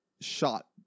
shot